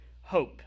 Hope